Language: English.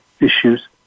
issues